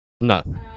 No